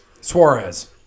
Suarez